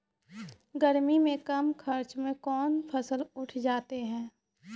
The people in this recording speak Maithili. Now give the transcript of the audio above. गर्मी मे कम खर्च मे कौन फसल उठ जाते हैं?